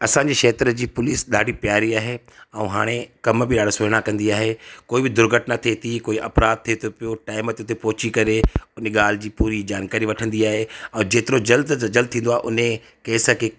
असांजी खेत्र जी पुलिस ॾाढी प्यारी आहे ऐं हाणे कम बि ॾाढो सुहिणा कंदी आहे कोई बि दुर्घटना थिए थी कोई अपराध थिए थो पियो टाइम ते हुते पहुची करे उन ॻाल्हि जी पूरी जानकारी वठंदी आहे ऐं जेतिरो जल्द त जल्द थींदो आहे उने केस खे